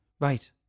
right